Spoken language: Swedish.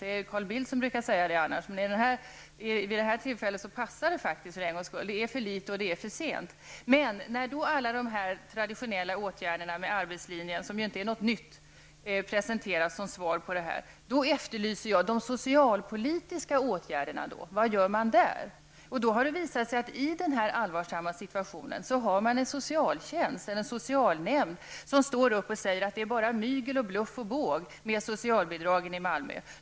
Det är Carl Bildt som brukar säga det annars, men vid det här tillfället passar det faktiskt för en gångs skull. Det är för litet och det är för sent. Jag efterlyser de socialpolitiska åtgärderna när alla de här traditionella åtgärderna med arbetslinjen, som ju inte är något nytt, presenteras som svar på detta. Vad gör man där? I den här allvarsamma situationen har man en socialnämnd som står upp och säger att det bara är mygel, bluff och båg med socialbidragen i Malmö.